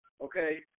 okay